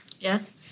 Yes